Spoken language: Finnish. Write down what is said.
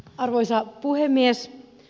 arvoisa puhemies